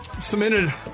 cemented